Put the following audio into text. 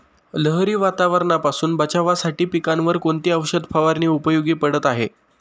लहरी वातावरणापासून बचावासाठी पिकांवर कोणती औषध फवारणी उपयोगी पडत आहे?